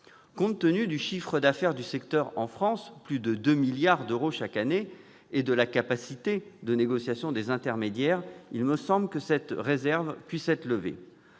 Compte tenu du chiffre d'affaires du secteur en France- plus de 2 milliards d'euros chaque année -et de la capacité de négociation des intermédiaires, il me semble que cette réserve peut être levée.